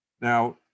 Now